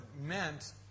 meant